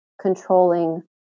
controlling